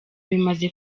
bimaze